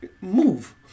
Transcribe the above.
Move